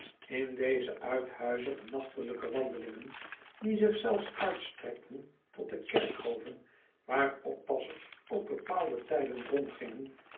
in deze uithuizige nachtelijke wandelingen die zich zelfs uitstrekten tot de kerkhoven waar oppassers op bepaalde tijden rondgingen